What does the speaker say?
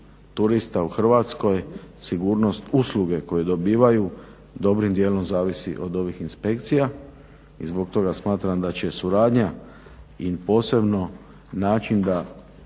turista u Hrvatskoj, sigurnost usluge koju dobivaju dobrim dijelom zavisi od ovih inspekcija i zbog toga smatram da će suradnja i posebno način da